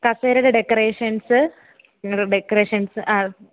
കസേരയുടെ decorations നിങ്ങൾ decorations ആ